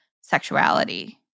sexuality